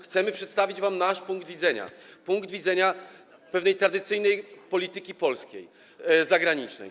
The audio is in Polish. Chcemy przedstawić wam nasz punkt widzenia, punkt widzenia pewnej tradycyjnej polskiej polityki zagranicznej.